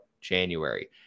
January